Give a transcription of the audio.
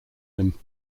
him